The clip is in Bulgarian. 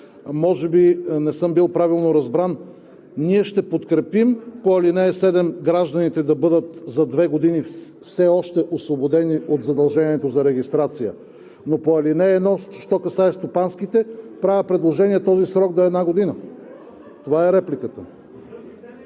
може би не съм бил правилно разбран. Ние ще подкрепим по ал. 7 гражданите да бъдат за две години все още освободени от задължението за регистрация, но по ал. 1, що касае стопанските, правя предложение този срок да е една година. Това е репликата